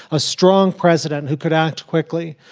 a strong president who could act quickly.